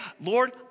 Lord